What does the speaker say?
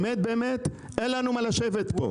באמת באמת אין לנו מה לשבת פה.